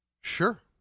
sure